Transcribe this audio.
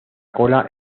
cola